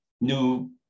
new